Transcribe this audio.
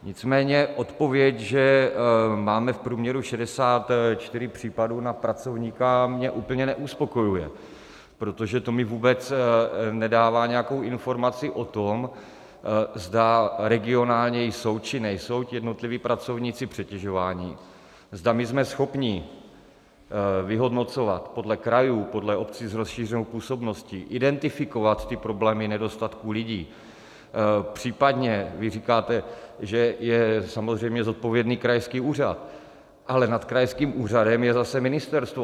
Nicméně odpověď, že máme v průměru 64 případů na pracovníka, mě úplně neuspokojuje, protože to mi vůbec nedává nějakou informaci o tom, zda regionálně jsou, či nejsou jednotliví pracovníci přetěžováni, zda my jsme schopni vyhodnocovat podle krajů, podle obcí s rozšířenou působností, identifikovat ty problémy nedostatku lidí, případně vy říkáte, že je samozřejmě zodpovědný krajský úřad, ale nad krajským úřadem je zase ministerstvo.